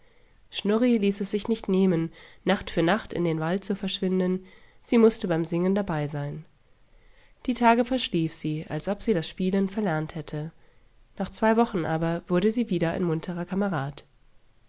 ließ es sich nicht nehmen nacht für nacht in den wald zu verschwinden sie mußte beim singen dabei sein die tage verschlief sie als ob sie das spielen verlernt hätte nach zwei wochen aber wurde sie wieder ein munterer kamerad